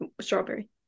strawberry